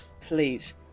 Please